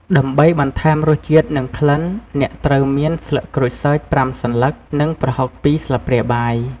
ដើម្បីបន្ថែមរសជាតិនិងក្លិន អ្នកត្រូវមាន ស្លឹកក្រូចសើច ៥ សន្លឹក និង ប្រហុក ២ ស្លាបព្រាបាយ។